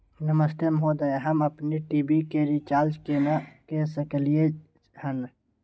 नमस्ते महोदय, हम अपन टी.वी के रिचार्ज केना के सकलियै हन?